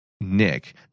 Nick